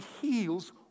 heals